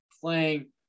playing –